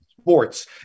sports